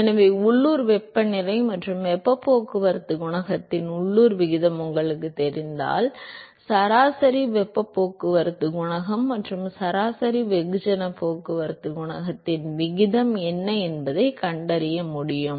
எனவே உள்ளூர் வெப்ப நிறை மற்றும் வெப்பப் போக்குவரத்துக் குணகத்தின் உள்ளூர் விகிதம் உங்களுக்குத் தெரிந்தால் சராசரி வெப்பப் போக்குவரத்துக் குணகம் மற்றும் சராசரி வெகுஜனப் போக்குவரத்துக் குணகத்தின் விகிதம் என்ன என்பதைக் கண்டறிய முடியும்